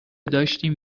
داشتیم